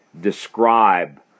describe